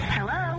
Hello